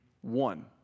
one